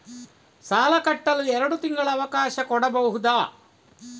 ಸಾಲ ಕಟ್ಟಲು ಎರಡು ತಿಂಗಳ ಅವಕಾಶ ಕೊಡಬಹುದಾ?